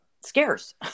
scarce